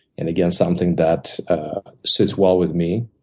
and again, something that sits well with me,